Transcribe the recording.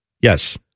Yes